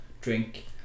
drink